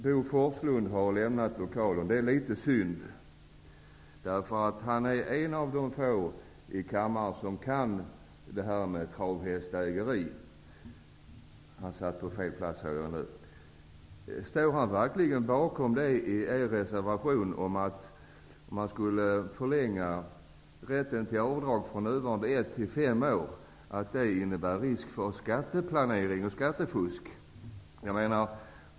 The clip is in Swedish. Bo Forslund har lämnat lokalen. Det är litet synd, därför att han är en av de få i kammaren som kan något om travhästägande. Jag ser för resten att han är i kammaren. Står Bo Forslund verkligen bakom det som står i Socialdemokraternas reservation om att det skulle innebära risk för skatteplanering och skattefusk om man skulle förlänga rätten till avdrag från nuvarande ett till fem år?